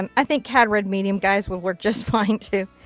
um i think cad red medium guys would work just fine too.